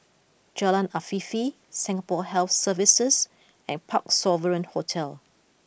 Jalan Afifi Singapore Health Services and Parc Sovereign Hotel